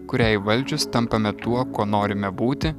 kurią įvaldžius tampame tuo kuo norime būti